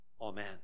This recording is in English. Amen